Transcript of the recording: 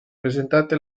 presentate